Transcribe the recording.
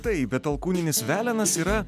taip bet alkūninis velenas yra